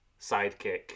sidekick